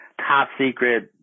top-secret